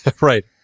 right